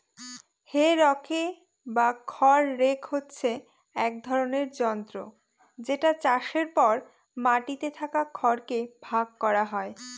হে rake বা খড় rake হচ্ছে এক ধরনের যন্ত্র যেটা চাষের পর মাটিতে থাকা খড় কে ভাগ করা হয়